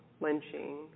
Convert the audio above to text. lynching